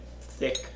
thick